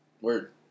Word